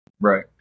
Right